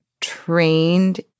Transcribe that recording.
trained